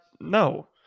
no